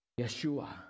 Yeshua